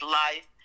life